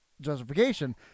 justification